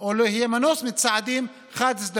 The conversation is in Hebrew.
או לא יהיה מנוס מצעדים חד-צדדיים.